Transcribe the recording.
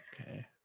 okay